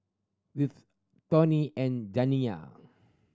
Whit Toni and Janiya